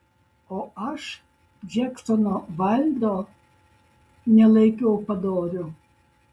o aš džeksono vaildo nelaikiau padoriu